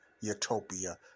utopia